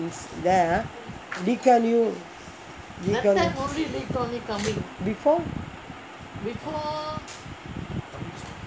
is there ah lee kuan yew before